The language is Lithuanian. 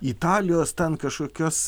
italijos ten kažkokios